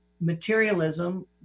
materialism